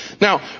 Now